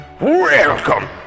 Welcome